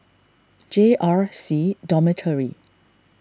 J R C Dormitory